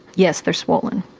yes, they're swollen.